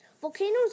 Volcanoes